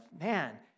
man